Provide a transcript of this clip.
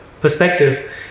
perspective